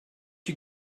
you